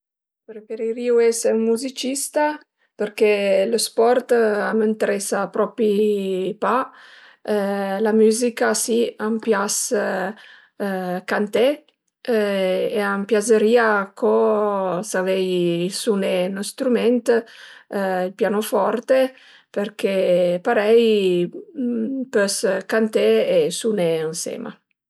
Preferirìu esi ën muzicista përché ël sport a m'ëntresa propi pa, la müzica si, a m'pias canté e m'piazërìa co savei suné ën strüment, ël pianoforte përché parei pös canté e suné ënsema